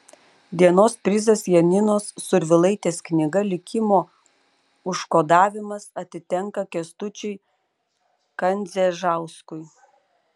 dienos prizas janinos survilaitės knyga likimo užkodavimas atitenka kęstučiui kandzežauskui